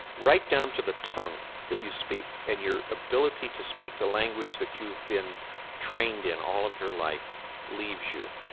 right down to the tongue that you speak, and your ability to speak the language that you've been trained in all of your life leaves you,